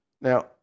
Now